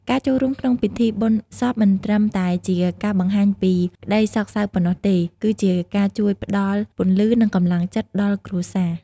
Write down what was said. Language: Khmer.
ការចូលរួមក្នុងពិធីបុណ្យសពមិនត្រឹមតែជាការបង្ហាញក្តីសោកសៅប៉ុណ្ណោះទេ គឺជាការជួយផ្ដល់ពន្លឺនិងកម្លាំងចិត្តដល់គ្រួសារ។